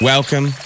Welcome